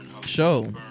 show